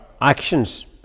actions